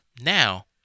Now